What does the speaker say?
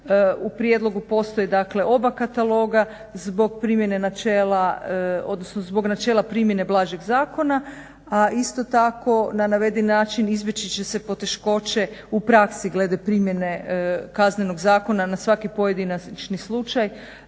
U prijedlogu postoje oba kataloga zbog načela primjene blažeg zakona, a isto tako na navedeni način izbjeći će se poteškoće u praksi glede primjene Kaznenog zakona na svaki pojedinačni slučaj